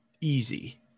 easy